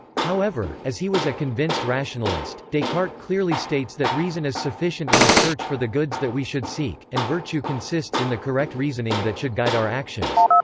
however, as he was a convinced rationalist, descartes clearly states that reason is sufficient in the search for the goods that we should seek, and virtue consists in the correct reasoning that should guide our actions.